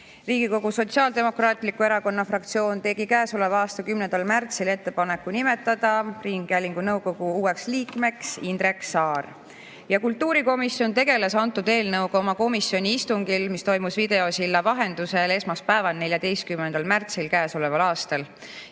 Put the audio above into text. Riigikogu Sotsiaaldemokraatliku Erakonna fraktsioon tegi käesoleva aasta 10. märtsil ettepaneku nimetada ringhäälingunõukogu uueks liikmeks Indrek Saar. Kultuurikomisjon tegeles selle eelnõuga oma komisjoni istungil, mis toimus videosilla vahendusel esmaspäeval, 14. märtsil. Istungit juhatas